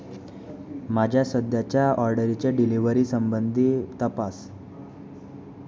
म्हाज्या सद्याच्या ऑर्डरीचे डिलिव्हरी संबंदी तपास